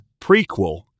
prequel